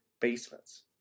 basements